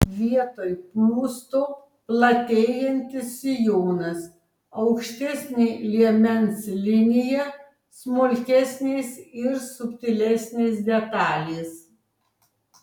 vietoj pūsto platėjantis sijonas aukštesnė liemens linija smulkesnės ir subtilesnės detalės